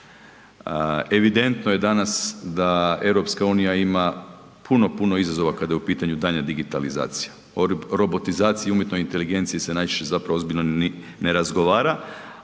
Evidentno je danas da EU ima puno, puno izazova kada je u pitanju daljnja digitalizacija. O robotizaciji i umjetnoj inteligenciji se najčešće zapravo ozbiljno ni ne razgovara